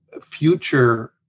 Future